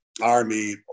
army